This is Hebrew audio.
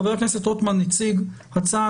חבר הכנסת רוטמן הציג הצעה,